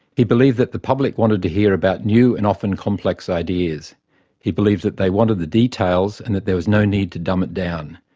he believed that the public wanted to hear about new and often complex ideas he believed that they wanted the details and that there was no need to dumb it down.